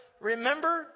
remember